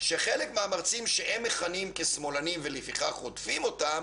שחלק מהמרצים שהם מכנים כשמאלנים ולפיכך רודפים אותם